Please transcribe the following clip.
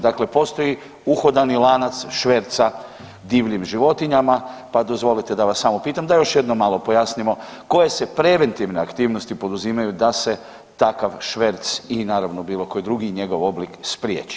Dakle, postoji uhodani lanac šverca divljim životinjama, pa dozvolite mi da vas samo pitam da još jednom malo pojasnimo koje se preventivne aktivnosti poduzimaju da se takav šverc i naravno bilo koji drugi i njegov oblik spriječi?